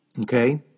Okay